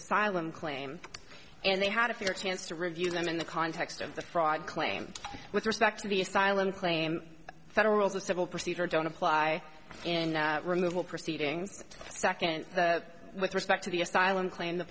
asylum claim and they had a fair chance to review them in the context of the fraud claim with respect to be asylum claim federal rules of civil procedure don't apply in removal proceedings second with respect to the asylum claim the